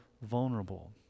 vulnerable